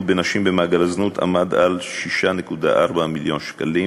בנשים במעגל הזנות עמד על 6.4 מיליון שקלים.